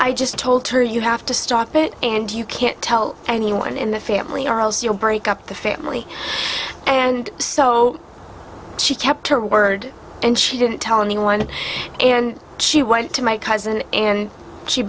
i just told her you have to stop it and you can't tell anyone in the family arles you'll break up the family and so she kept her word and she didn't tell anyone and she went to my cousin and she